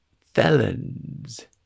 Felons